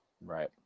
right